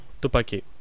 Tupaki